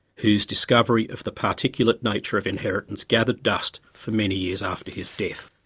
whose discovery of the particulate nature of inheritance gathered dust for many years after his death.